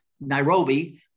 Nairobi